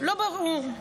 לא ברור.